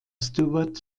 stewart